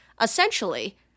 Essentially